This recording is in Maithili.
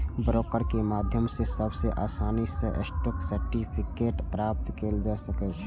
ब्रोकर के माध्यम सं सबसं आसानी सं स्टॉक सर्टिफिकेट प्राप्त कैल जा सकै छै